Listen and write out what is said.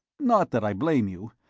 not that i blame you.